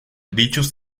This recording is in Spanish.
dichos